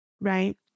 Right